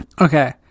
Okay